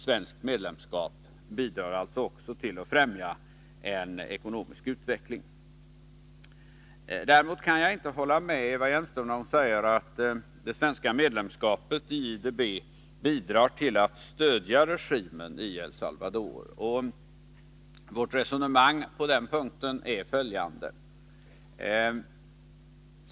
Svenskt medlemskap bidrar alltså också till att främja en ekonomisk utveckling. Jag kan inte hålla med Eva Hjelmström, när hon säger att det svenska medlemskapet i IDB bidrar till att stödja regimen i El Salvador. Vårt resonemang på den punkten är följande.